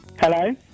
Hello